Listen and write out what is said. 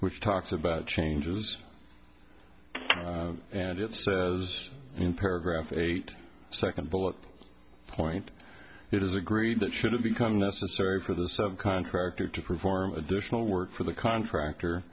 which talks about changes and it says in paragraph eight second bullet point it is agreed that should it become necessary for the subcontractor to perform additional work for the contractor